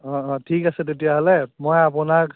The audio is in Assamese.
অঁ অঁ ঠিক আছে তেতিয়াহ'লে মই আপোনাক